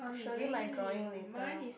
I show you my drawing later